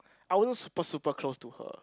I weren't super super close to her